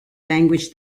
language